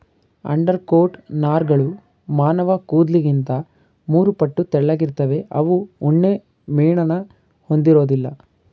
undercoat ನಾರ್ಗಳು ಮಾನವಕೂದ್ಲಿಗಿಂತ ಮೂರುಪಟ್ಟು ತೆಳ್ಳಗಿರ್ತವೆ ಅವು ಉಣ್ಣೆಮೇಣನ ಹೊಂದಿರೋದಿಲ್ಲ